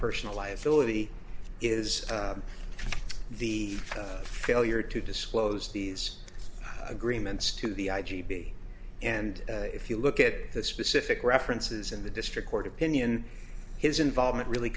personal liability is the failure to disclose these agreements to the i g b and if you look at the specific references in the district court opinion his involvement really